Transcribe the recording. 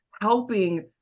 helping